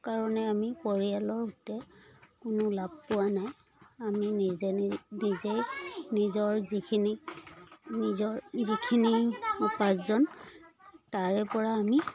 কাৰণে আমি পৰিয়ালৰ সূত্ৰে কোনো লাভ পোৱা নাই আমি নিজে নি নিজেই নিজৰ যিখিনি নিজৰ যিখিনি উপাৰ্জন তাৰে পৰা আমি